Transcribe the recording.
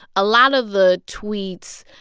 a lot of the tweets,